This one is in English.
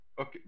okay